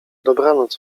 dobranoc